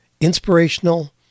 Inspirational